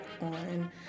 on